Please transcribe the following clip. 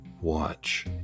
watch